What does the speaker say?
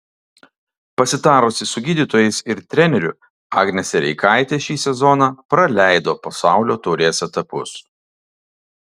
pasitarusi su gydytojais ir treneriu agnė sereikaitė šį sezoną praleido pasaulio taurės etapus